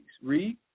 Read